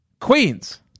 Queens